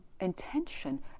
intention